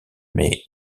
mais